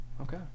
Okay